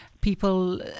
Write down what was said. people